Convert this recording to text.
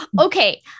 Okay